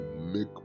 make